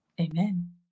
Amen